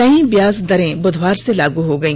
नई ब्याज दरें बुधवार से लागू हो गई